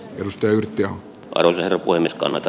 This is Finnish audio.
kalusteyhtiö oli tehdä voimiskonetta